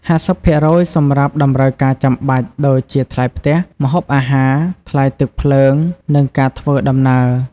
៥០% សម្រាប់តម្រូវការចាំបាច់ដូចជាថ្លៃផ្ទះ ម្ហូបអាហារ ថ្លៃទឹកភ្លើង និងការធ្វើដំណើរ។